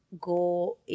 go